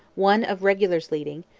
one of regulars leading,